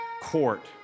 court